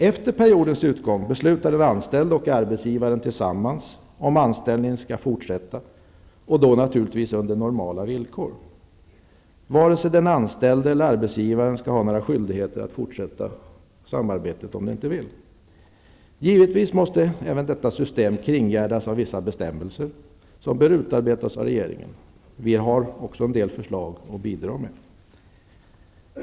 Efter periodens utgång beslutar den anställde och arbetsgivaren tillsammans om anställningen skall fortsätta, och då naturligtvis under normala villkor. Vare sig den anställde eller arbetsgivaren skall ha några skyldigheter att fortsätta samarbetet om de inte vill. Givetvis måste även detta system kringgärdas av vissa bestämmelser som bör utarbetas av regeringen. Vi har också en del förslag att bidra med.